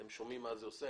אתם שומעים מה זה עושה,